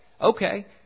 Okay